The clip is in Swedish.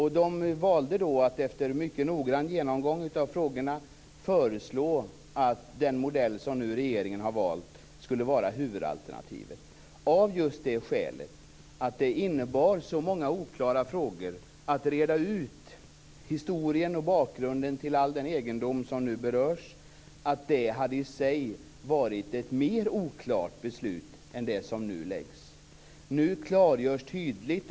Man valde, efter mycket noggrann genomgång av frågorna, att föreslå den modell som regeringen nu har valt som huvudalternativet - just av det skälet att det innebar så många oklarheter att reda ut historien och bakgrunden till all den egendom som nu berörs att detta i sig hade varit ett mer oklart beslut än det som nu fattas. Nu klargörs det tydligt.